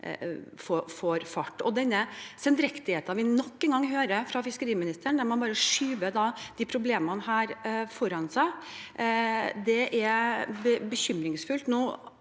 Den sendrektigheten vi nok en gang hører fra fiskeriministeren – der man bare skyver problemene foran seg – er bekymringsfull.